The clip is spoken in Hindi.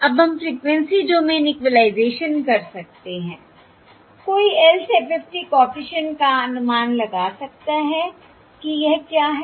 अब हम फ़्रीक्वेंसी डोमेन इक्वलाइजेशन कर सकते हैं कोई lth FFT कॉफिशिएंट का अनुमान लगा सकता है कि यह क्या है